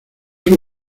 sus